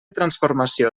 transformació